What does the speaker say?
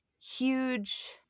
huge